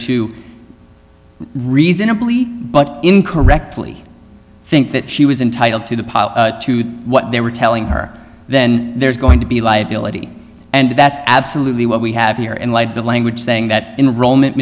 to reasonably but incorrectly think that she was entitled to the pot to what they were telling her then there's going to be liability and that's absolutely what we have here and light the language saying that enrollment